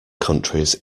countries